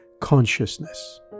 consciousness